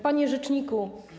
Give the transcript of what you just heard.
Panie Rzeczniku!